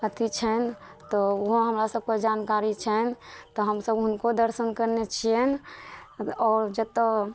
अथी छनि तऽ ओहो हमरा सबके जानकारी छै तऽ हमसब हुनको दर्शन कयने छियनि आओर जतऽ